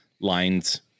lines